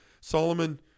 Solomon